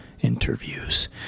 interviews